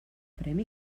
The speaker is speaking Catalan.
premi